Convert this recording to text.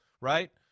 right